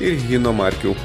ir hino markių